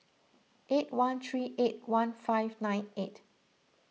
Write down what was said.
eight one three eight one five nine eight